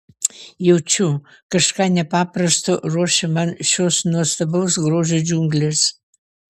jaučiu kažką nepaprasto ruošia man šios nuostabaus grožio džiunglės